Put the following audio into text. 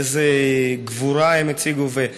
איזו גבורה הם הציגו,